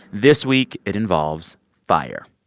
this week, it involves fire.